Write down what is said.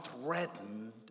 threatened